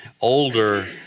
older